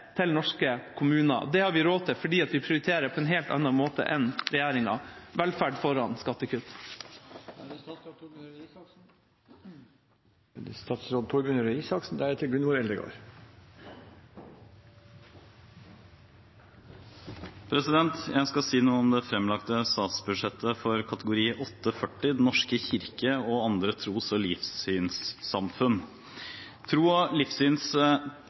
til norske kommuner. Det har vi råd til fordi vi prioriterer på en helt annen måte enn regjeringa: velferd foran skattekutt. Jeg skal si noe om det fremlagte statsbudsjettet for programkategori 08.40, Den norske kirke og andre tros- og livssynssamfunn. Tros- og livssynsfriheten er en grunnleggende verdi i vårt samfunn. Alle skal ha rett til å gi uttrykk for og utøve sin tro